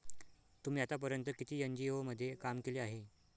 तुम्ही आतापर्यंत किती एन.जी.ओ मध्ये काम केले आहे?